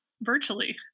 virtually